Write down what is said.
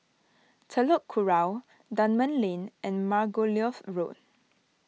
Telok Kurau Dunman Lane and Margoliouth Road